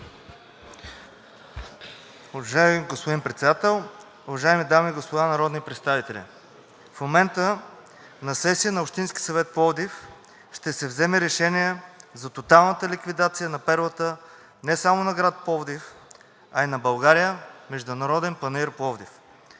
Уважаеми господин Председател, уважаеми дами и господа народни представители! В момента на сесия на Общинския съвет – Пловдив, ще се вземе решение за тоталната ликвидация на перлата не само на град Пловдив, а и на България – Международен панаир „Пловдив“,